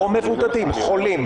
לא מבודדים חולים.